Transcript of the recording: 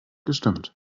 gestimmt